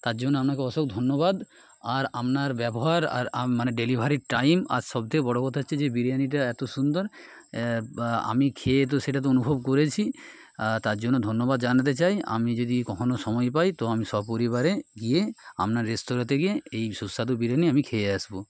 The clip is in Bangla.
তার জন্য আপনাকে অসংখ্য ধন্যবাদ আর আপনার ব্যবহার আর আম মানে ডেলিভারির টাইম আর সবথেকে বড় কথা হচ্ছে যে বিরিয়ানিটা এত সুন্দর আমি খেয়ে তো সেটা তো অনুভব করেছি তার জন্য ধন্যবাদ জানাতে চাই আমি যদি কখনও সময় পাই তো আমি সপরিবার গিয়ে আপনার রেস্তোরাঁতে গিয়ে এই সুস্বাদু বিরিয়ানি আমি খেয়ে আসবো